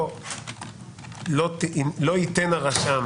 לא ייתן הרשם